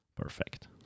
perfect